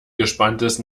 gespanntes